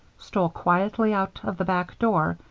stole quietly out of the back door,